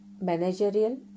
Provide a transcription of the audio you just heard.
Managerial